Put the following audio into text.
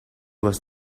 was